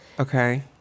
Okay